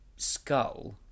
skull